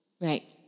Right